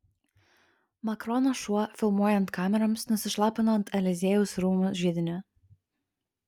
makrono šuo filmuojant kameroms nusišlapino ant eliziejaus rūmų židinio